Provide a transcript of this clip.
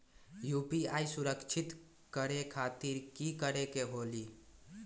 UPI सुरक्षित करे खातिर कि करे के होलि?